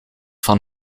van